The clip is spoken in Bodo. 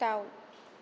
दाउ